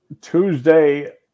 Tuesday